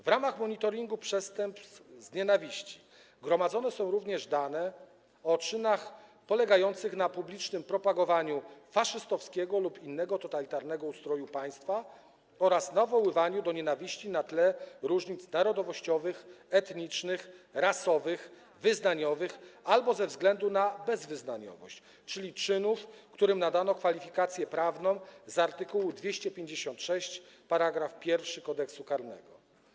W ramach monitoringu przestępstw z nienawiści gromadzone są również dane o czynach polegających na publicznym propagowaniu faszystowskiego lub innego totalitarnego ustroju państwa oraz nawoływaniu do nienawiści na tle różnic narodowościowych, etnicznych, rasowych, wyznaniowych albo ze względu na bezwyznaniowość, czyli czynów, którym nadano kwalifikację prawną z art. 256 § 1 Kodeksu karnego.